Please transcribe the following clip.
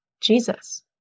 Jesus